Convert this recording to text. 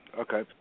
Okay